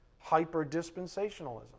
hyper-dispensationalism